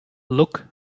look